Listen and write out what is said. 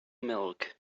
milk